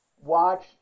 Watch